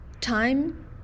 time